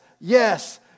yes